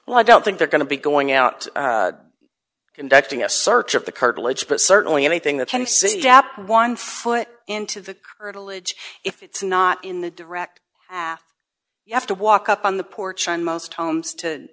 well i don't think they're going to be going out conducting a search of the curtilage but certainly anything that can see gap one foot into the hurdle ij if it's not in the direct path you have to walk up on the porch and most homes to